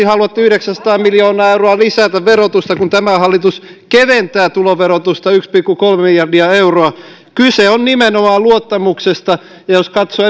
haluatte yhdeksänsataa miljoonaa euroa lisätä verotusta kun tämä hallitus keventää tuloverotusta yksi pilkku kolme miljardia euroa kyse on nimenomaan luottamuksesta ja jos katsoo